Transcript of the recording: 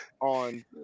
on